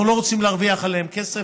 אנחנו לא רוצים להרוויח עליהם כסף.